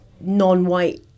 non-white